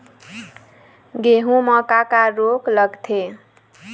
गेहूं म का का रोग लगथे?